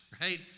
right